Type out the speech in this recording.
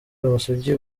amasugi